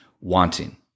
wanting